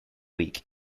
week